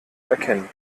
erkennen